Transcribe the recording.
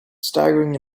staggering